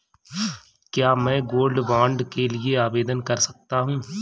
क्या मैं gold bond के लिए आवेदन कर सकता हूं?